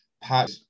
Pat